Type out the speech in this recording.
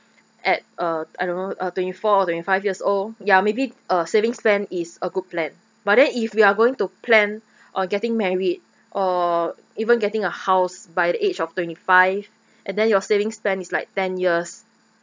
at uh I don't know uh twenty four or twenty five years old ya maybe uh savings plan is a good plan but then if we are going to plan or getting married or even getting a house by the age of twenty five and then your savings plan is like ten years